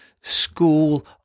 school